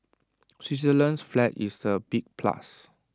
Switzerland's flag is A big plus